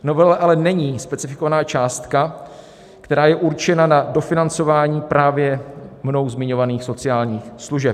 V novele ale není specifikovaná částka, která je určena na dofinancování právě mnou zmiňovaných sociálních služeb.